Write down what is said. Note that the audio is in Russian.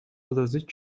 возразить